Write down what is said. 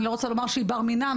אני לא רוצה לומר שהיא בר מינן,